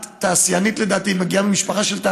את תעשיינית, לדעתי, מגיעה ממשפחה של תעשיינים.